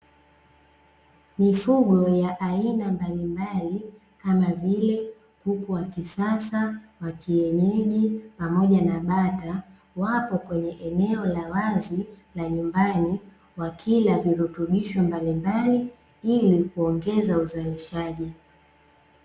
Mifugo ya aina mbalimbali kama vile kuku wa kisasa, wa kienyeji pamoja na bata. Wapo kwenye eneo la wazi la nyumbani wakila virutubisho mbalimbali, ili kuongeza uzalishaji.